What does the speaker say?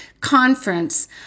conference